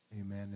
Amen